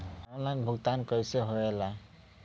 Online भुगतान कैसे होए ला?